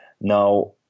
Now